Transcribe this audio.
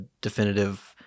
definitive